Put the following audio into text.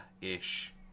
ish